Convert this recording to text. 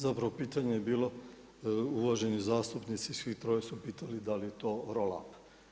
Zapravo pitanje je bilo uvaženi zastupnici svi troje su pitali da li je to roll up?